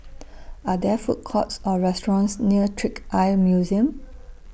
Are There Food Courts Or restaurants near Trick Eye Museum